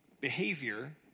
behavior